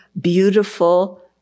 beautiful